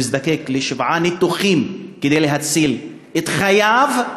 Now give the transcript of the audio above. הוא נדקק לשבעה ניתוחים כדי להציל את חייו.